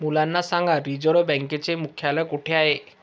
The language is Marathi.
मुलांना सांगा रिझर्व्ह बँकेचे मुख्यालय कुठे आहे